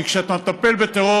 כי כשאתה מטפל בטרור,